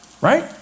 right